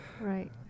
Right